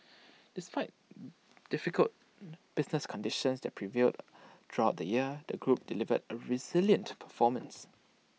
despite difficult business conditions that prevailed throughout the year the group delivered A resilient performance